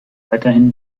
weiterhin